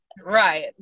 Right